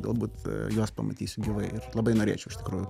galbūt juos pamatysiu gyvai ir labai norėčiau iš tikųjų